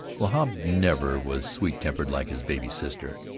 wahb never was sweet-tempered like his baby sister,